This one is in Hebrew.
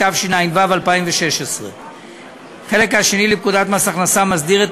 התשע"ו 2016. חלק ה'2 לפקודת מס הכנסה מסדיר את